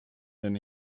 than